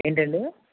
ఏంటండి